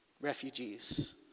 refugees